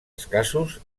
escassos